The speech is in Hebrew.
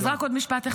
אז רק עוד משפט אחד?